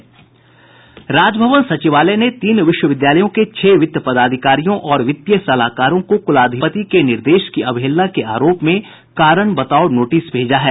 राजभवन सचिवालय ने तीन विश्वविद्यालयों के छह वित्त पदाधिकारियों और वित्तीय सलाहकारों को कुलाधिपति के निर्देश की अवहेलना के आरोप में कारण बताओ नोटिस भेजा है